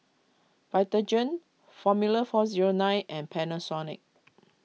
Vitagen formula four zero nine and Panasonic